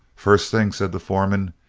first thing, said the foreman,